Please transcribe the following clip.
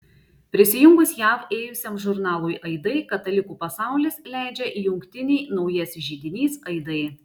prisijungus jav ėjusiam žurnalui aidai katalikų pasaulis leidžia jungtinį naujasis židinys aidai